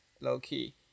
low-key